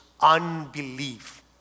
unbelief